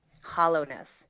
hollowness